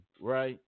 right